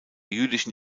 jüdischen